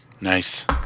Nice